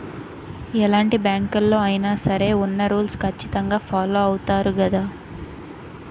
ఎలాంటి బ్యాంకులలో అయినా సరే ఉన్న రూల్స్ ఖచ్చితంగా ఫాలో అవుతారు గదా